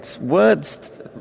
words